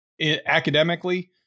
academically